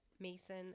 Mason